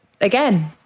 again